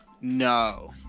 No